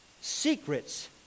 secrets